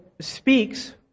speaks